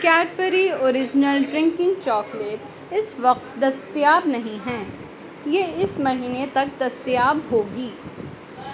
Cadbury original drinking chocolate اس وقت دستیاب نہیں ہیں یہ اس مہینے تک دستیاب ہوگی